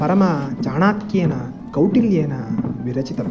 परमचाणक्येन कौटिल्येन विरचितम्